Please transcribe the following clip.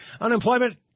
Unemployment